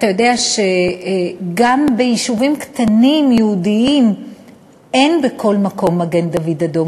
אתה יודע שגם ביישובים יהודיים קטנים אין בכל מקום מגן-דוד-אדום.